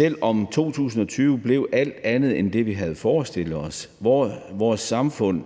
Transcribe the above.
med. 2020 blev alt andet end det, vi havde forestillet os. Vores samfund